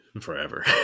forever